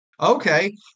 Okay